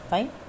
Fine